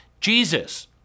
Jesus